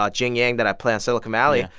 ah jian yang, that i play on silicon valley. yeah.